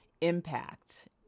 impact